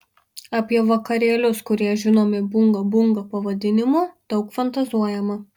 apie vakarėlius kurie žinomi bunga bunga pavadinimu daug fantazuojama